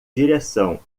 direção